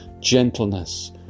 gentleness